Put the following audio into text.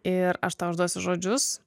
ir aš tau užduosiu žodžius